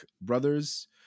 brothers